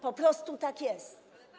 Po prostu tak jest.